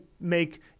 make